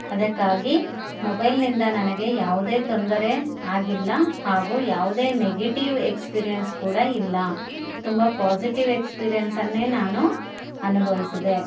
ಅದಕ್ಕಾಗಿ ಮೊಬೈಲ್ನಿಂದ ನನಗೆ ಯಾವುದೇ ತೊಂದರೆ ಆಗಿಲ್ಲ ಹಾಗೂ ಯಾವುದೇ ನೆಗೆಟಿವ್ ಎಕ್ಸ್ಪೀರಿಯೆನ್ಸ್ ಕೂಡ ಇಲ್ಲ ತುಂಬ ಪಾಸಿಟಿವ್ ಎಕ್ಸ್ಪೀರಿಯೆನ್ಸನ್ನೇ ನಾನು ಅನುಭವಿಸಿದೆ